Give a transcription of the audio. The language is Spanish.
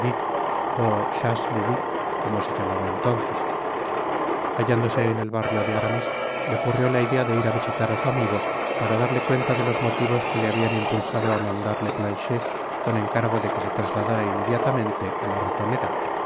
chasse midi como se llamaba entonces hallándose en el barrio de aramis le ocurrió la idea de ir á visitar á su amigo para darle cuenta de los motivos que le habian impulsado á mandarle planchet con encargo de que se trasladara inmediatamente á la ratonera